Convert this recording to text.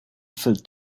filled